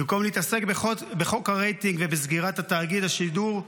במקום להתעסק בחוק הרייטינג ובסגירת תאגיד השידור,